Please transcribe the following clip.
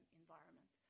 environment